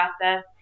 process